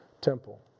temple